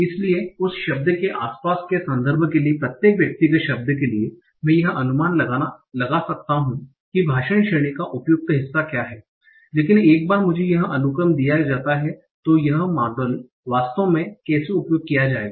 इसलिए उस शब्द के आसपास के संदर्भ के लिए प्रत्येक व्यक्तिगत शब्द के लिए मैं यह अनुमान लगा सकता हूं कि भाषण श्रेणी का उपयुक्त हिस्सा क्या है लेकिन एक बार मुझे यह अनुक्रम दिया जाता है तो यह मॉडल वास्तव में कैसे उपयोग किया जाएगा